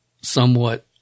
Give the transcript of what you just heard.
somewhat